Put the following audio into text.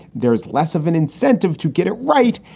there's less of an incentive to get it right,